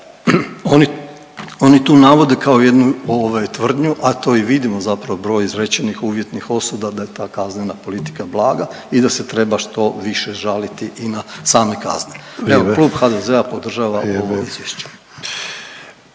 oni tu navode kao jednu ovaj tvrdnju, a to i vidimo zapravo broj izrečenih uvjetnih osuda da je ta kaznena politika blaga i da se treba što više žaliti i na same kazne. …/Upadica: Vrijeme./…